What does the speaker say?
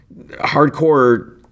hardcore